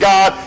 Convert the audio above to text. God